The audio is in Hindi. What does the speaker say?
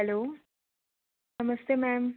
हैलो नमस्ते मैम